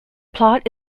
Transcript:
plot